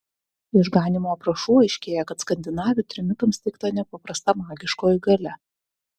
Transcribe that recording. iš ganymo aprašų aiškėja kad skandinavių trimitams teikta nepaprasta magiškoji galia